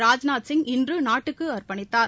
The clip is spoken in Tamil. ராஜ்நாத் சிங் இன்று நாட்டுக்கு அர்ப்பணித்தார்